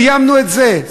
סיימנו את זה,